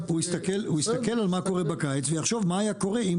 הוא יסתכל על מה קורה בקיץ ויחשוב מה היה קורה אם